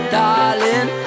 darling